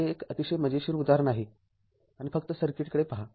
तर हे एक अतिशय मजेशीर उदाहरण आहे आणि फक्त सर्किटकडे पहा